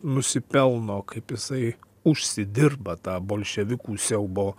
nusipelno kaip jisai užsidirba tą bolševikų siaubo